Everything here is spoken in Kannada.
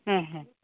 ಹ್ಞ್ ಹ್ಞ್